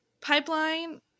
pipeline